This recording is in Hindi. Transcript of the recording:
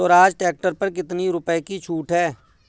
स्वराज ट्रैक्टर पर कितनी रुपये की छूट है?